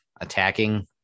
attacking